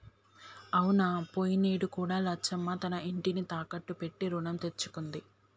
అవునా పోయినేడు కూడా లచ్చమ్మ తన ఇంటిని తాకట్టు పెట్టి రుణం తెచ్చుకుంది